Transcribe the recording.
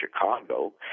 Chicago